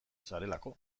zarelako